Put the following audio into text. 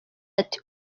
ati